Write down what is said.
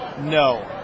No